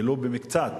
ולו במקצת,